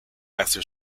after